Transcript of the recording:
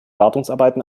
wartungsarbeiten